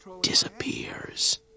disappears